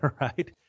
Right